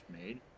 made